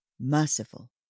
Merciful